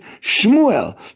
Shmuel